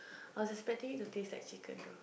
I was expecting it to taste like chicken